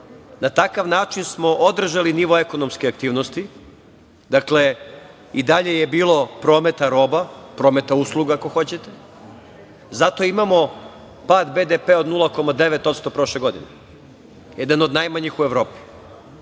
Na takav način smo održali nivo ekonomske aktivnosti. Dakle, i dalje je bilo prometa roba, prometa usluga. Zato imamo pad BDP od 0,9% prošle godine. Jedan od najmanjih u Evropi.